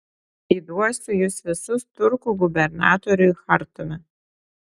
įduosiu jus visus turkų gubernatoriui chartume